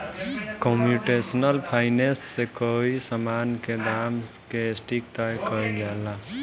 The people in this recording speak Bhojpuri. कंप्यूटेशनल फाइनेंस से कोई समान के दाम के सटीक तय कईल जाला